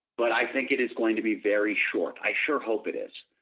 but i think it is going to be very short. i sure hope it is.